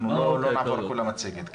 אנחנו לא נעבור על כל המצגת.